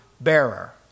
bearer